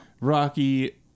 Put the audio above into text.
Rocky